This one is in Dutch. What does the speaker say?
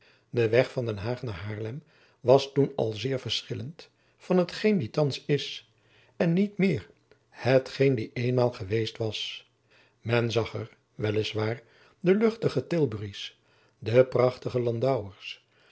de weg van den haag naar haarlem was toen al zeer verschillend van hetgeen die thands is en niet meer hetgeen die eenmaal geweest was men zag er wel is waar de luchtige tilburys de prachtige landauers